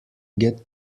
get